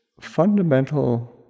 fundamental